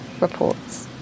reports